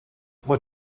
what